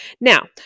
Now